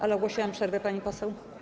Ale ogłosiłam przerwę, pani poseł.